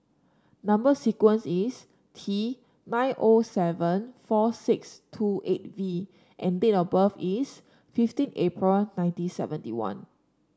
number sequence is T nine O seven four six two eight V and date of birth is fifteen April nineteen seventy one